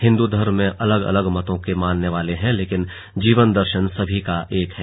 हिन्दू धर्म में अलग अलग मतों के मानने वाले हैं लेकिन जीवन दर्शन सभी का एक है